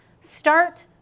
start